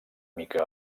mica